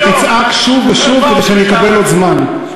אני אשמח שתצעק שוב ושוב כדי שאני אקבל עוד זמן.